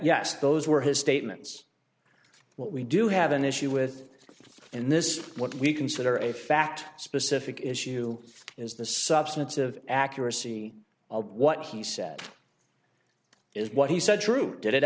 yes those were his statements what we do have an issue with in this what we consider a fact specific issue is the substance of accuracy of what he said is what he said true did it